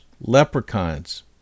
leprechauns